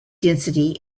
density